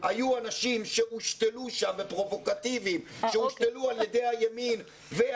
היו אנשים פרובוקטיביים שהושתלו על ידי הימין.